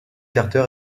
carter